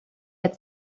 had